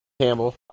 Campbell